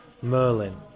Merlin